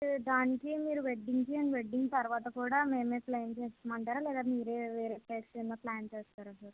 sir దానికి మీరు వెడ్డింగ్కి అండ్ వెడ్డింగ్ తర్వాత కూడా మేమే ప్లాన్ చేసుకోమంటారా లేదా మీరే వేరే ప్లేస్ ఏదైనా ప్లాన్ చేస్తారా సార్